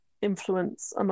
influence